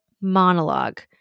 monologue